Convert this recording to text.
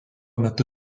metu